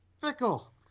Fickle